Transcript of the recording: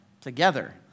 together